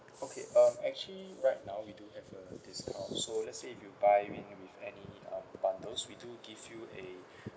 okay um actually right now we do have a discount so let's say if you buying with any um bundles we do give you a